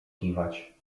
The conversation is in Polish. kiwać